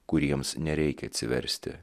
kuriems nereikia atsiversti